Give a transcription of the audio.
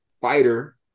fighter